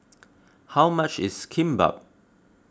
how much is Kimbap